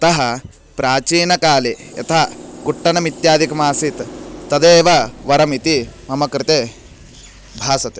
अतः प्राचीनकाले यथा कुट्टनम् इत्यादिकमासीत् तदेव वरम् इति मम कृते भासते